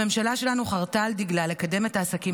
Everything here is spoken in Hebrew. הממשלה שלנו חרתה על דגלה לקדם את העסקים